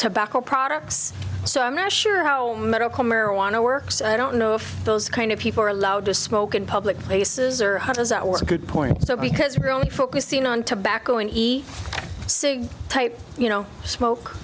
tobacco products so i'm not sure how medical marijuana works i don't know if those kind of people are allowed to smoke in public places or has that was a good point so because really focusing on tobacco and e type you know smoke